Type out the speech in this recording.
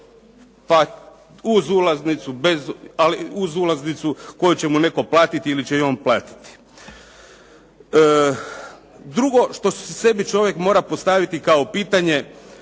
ali uz ulaznicu koju će mu netko platiti ili će i on platiti. Drugo, što sebi čovjek mora postaviti kao pitanje